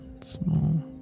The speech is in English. small